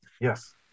Yes